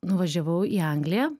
nuvažiavau į angliją